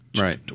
Right